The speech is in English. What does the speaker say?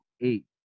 eight